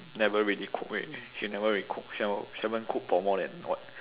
never really cook already she never really cook she never she haven't cooked for more than what